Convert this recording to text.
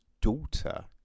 daughter